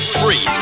free